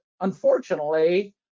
unfortunately